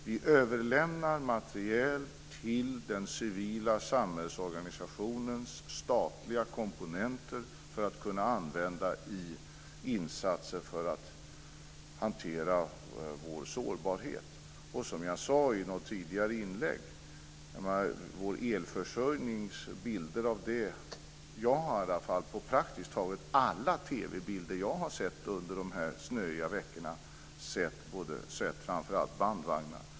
Vi överlämnar materiel till den civila samhällsorganisationens statliga komponenter för att kunna användas i insatser för att hantera vår sårbarhet. Som jag sade i något tidigare inlägg angående vår elförsörjning har jag på praktiskt taget alla TV-bilder under de snöiga veckorna sett framför allt bandvagnar.